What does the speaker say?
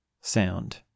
sound